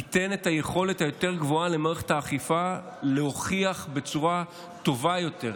זה ייתן את היכולת היותר-גבוהה למערכת האכיפה להוכיח בצורה טובה יותר,